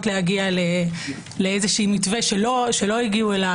להגיע לאיזשהו מתווה שלא הגיעו אליו,